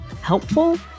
helpful